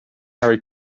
harry